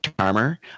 charmer